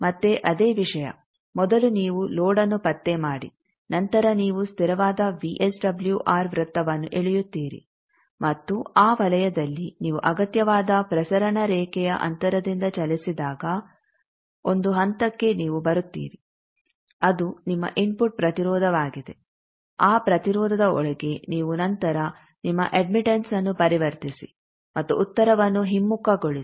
ಮತ್ತೆ ಅದೇ ವಿಷಯ ಮೊದಲು ನೀವು ಲೋಡ್ಅನ್ನು ಪತ್ತೆ ಮಾಡಿ ನಂತರ ನೀವು ಸ್ಥಿರವಾದ ವಿಎಸ್ಡಬ್ಲ್ಯೂಆರ್ ವೃತ್ತವನ್ನು ಎಳೆಯುತ್ತೀರಿ ಮತ್ತು ಆ ವಲಯದಲ್ಲಿ ನೀವು ಅಗತ್ಯವಾದ ಪ್ರಸರಣ ರೇಖೆಯ ಅಂತರದಿಂದ ಚಲಿಸಿದಾಗ ಒಂದು ಹಂತಕ್ಕೆ ನೀವು ಬರುತ್ತೀರಾ ಅದು ನಿಮ್ಮ ಇನ್ಫುಟ್ ಪ್ರತಿರೋಧವಾಗಿದೆ ಆ ಪ್ರತಿರೋಧದ ಒಳಗೆ ನೀವು ನಂತರ ನಿಮ್ಮ ಅಡ್ಮಿಟೆಂಸ್ಅನ್ನು ಪರಿವರ್ತಿಸಿ ಮತ್ತು ಉತ್ತರವನ್ನು ಹಿಮ್ಮುಖಗೊಳಿಸಿ